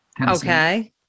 Okay